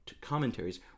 commentaries